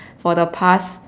for the past